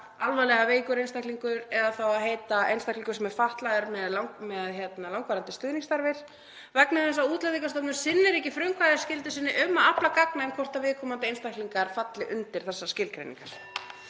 alvarlega veikur einstaklingur eða þá að heita einstaklingur sem er fatlaður með langvarandi stuðningsþarfir, vegna þess að Útlendingastofnun sinnir ekki frumkvæðisskyldu sinni um að afla gagna um hvort viðkomandi einstaklingar falli undir þessar skilgreiningar.